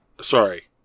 sorry